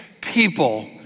people